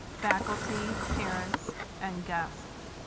faculty, parents and guests,